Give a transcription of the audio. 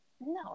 No